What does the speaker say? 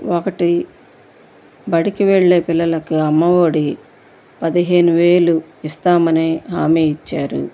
ఒకటి బడికి వెళ్ళే పిల్లలకి అమ్మఒడి పదిహేను వేలు ఇస్తామని హామీ ఇచ్చారు